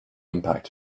impact